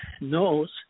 knows